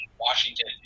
Washington